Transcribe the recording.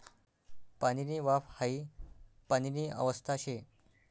पाणीनी वाफ हाई पाणीनी अवस्था शे